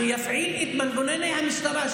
שיפעיל את מנגנוני המשטרה,